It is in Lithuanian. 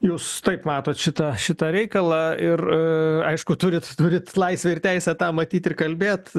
jūs taip matot šitą šitą reikalą ir aišku turit turit laisvę ir teisę tą matyt ir kalbėt